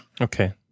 Okay